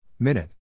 Minute